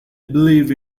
believe